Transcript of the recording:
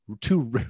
two